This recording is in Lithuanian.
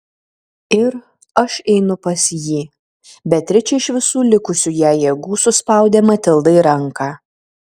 ir aš einu pas jį beatričė iš visų likusių jai jėgų suspaudė matildai ranką